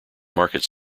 market